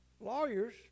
lawyers